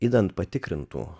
idant patikrintų